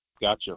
gotcha